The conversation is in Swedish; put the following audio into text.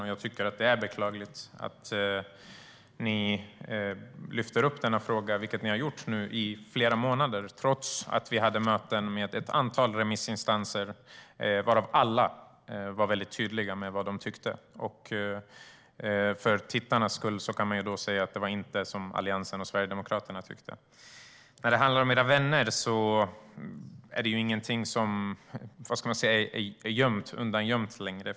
Och jag tycker att det är beklagligt att ni lyfter upp denna fråga, vilket ni har gjort nu i flera månader, trots att vi hade möten med ett antal remissinstanser som alla var väldigt tydliga med vad de tycker. För tittarnas skull kan jag säga att det inte var det som Alliansen och Sverigedemokraterna tycker. När det handlar om era vänner är det ingenting som är undangömt längre.